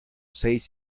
seis